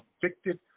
convicted